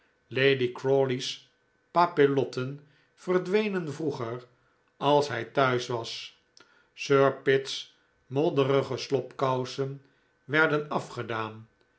lady crawley's papillotten verdwenen vroeger als hij thuis was sir pitt's modderige slobkousen werden afgedaan